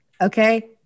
Okay